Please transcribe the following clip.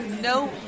No